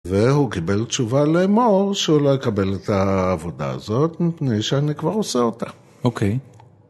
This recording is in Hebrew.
והוא קיבל תשובה לאמור, שהוא לא יקבל את העבודה הזאת מפני שאני כבר עושה אותה. אוקיי.